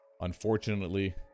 Unfortunately